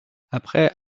après